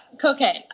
cocaine